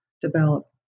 develop